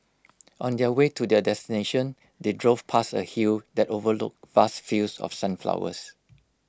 on their way to their destination they drove past A hill that overlooked vast fields of sunflowers